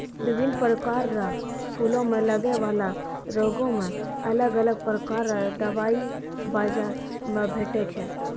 बिभिन्न प्रकार रो फूलो मे लगै बाला रोगो मे अलग अलग प्रकार रो दबाइ बाजार मे भेटै छै